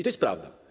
To jest prawda.